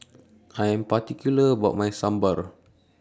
I Am particular about My Sambar